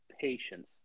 Patience